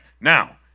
now